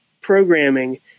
programming